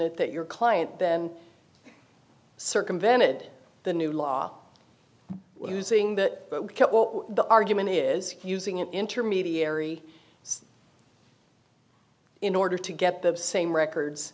it that your client then circumvented the new law using that but the argument is using an intermediary in order to get the same records